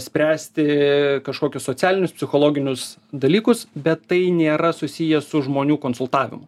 spręsti kažkokius socialinius psichologinius dalykus bet tai nėra susiję su žmonių konsultavimu